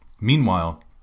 Meanwhile